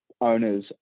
owners